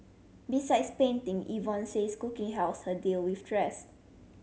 besides painting Yvonne says cooking helps her deal with stress